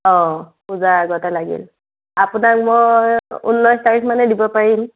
অ পূজাৰ আগতে লাগিল আপোনাক মই ঊনৈছ তাৰিখমানে দিব পাৰিম